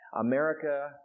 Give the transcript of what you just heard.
America